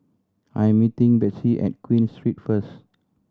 I am meeting Betsey at Queen Street first